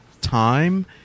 time